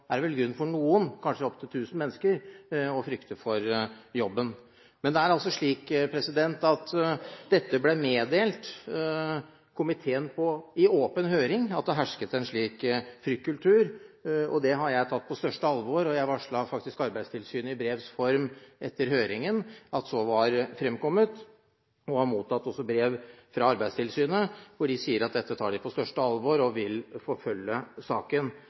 det vel grunn for noen – kanskje for 1 000 personer – til å frykte for jobben. Men det er altså slik at det ble meddelt komiteen i åpen høring at det hersket en slik fryktkultur. Det har jeg tatt på største alvor. Jeg varslet faktisk Arbeidstilsynet i brevs form etter høringen om at dette var fremkommet. Jeg har også mottatt brev fra Arbeidstilsynet hvor de sier at dette tar de på største alvor og vil følge opp saken.